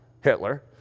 Hitler